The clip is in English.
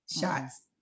shots